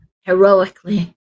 heroically